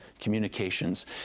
Communications